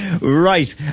right